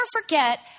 forget